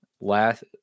last